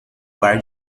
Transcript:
bar